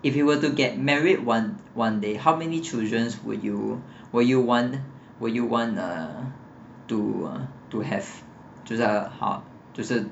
if you were to get married one one day how many children's will you will you want will you want to uh to have 就是好就是